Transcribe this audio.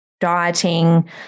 dieting